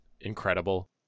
incredible